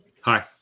hi